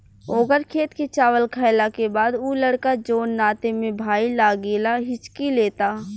ओकर खेत के चावल खैला के बाद उ लड़का जोन नाते में भाई लागेला हिच्की लेता